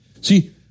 See